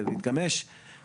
אז